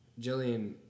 Jillian